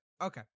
okay